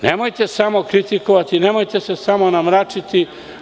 Znači, nemojte samo kritikovati, nemojte se samo namračiti.